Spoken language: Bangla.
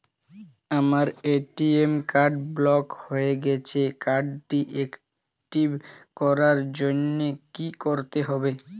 আমার এ.টি.এম কার্ড ব্লক হয়ে গেছে কার্ড টি একটিভ করার জন্যে কি করতে হবে?